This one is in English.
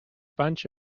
bunch